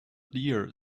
deer